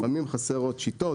לפעמים חסר עוד שיטות,